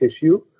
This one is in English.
tissue